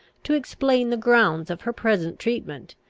to explain the grounds of her present treatment,